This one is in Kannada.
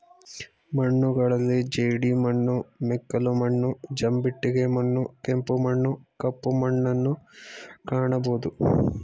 ಮಣ್ಣುಗಳಲ್ಲಿ ಜೇಡಿಮಣ್ಣು, ಮೆಕ್ಕಲು ಮಣ್ಣು, ಜಂಬಿಟ್ಟಿಗೆ ಮಣ್ಣು, ಕೆಂಪು ಮಣ್ಣು, ಕಪ್ಪು ಮಣ್ಣುನ್ನು ಕಾಣಬೋದು